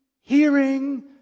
hearing